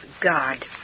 God